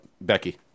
Becky